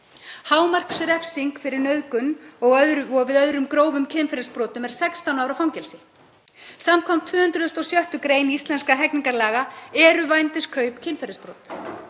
Hámarksrefsing við nauðgun og öðrum grófum kynferðisbrotum er 16 ára fangelsi. Samkvæmt 206. gr. íslenskra hegningarlaga eru vændiskaup kynferðisbrot.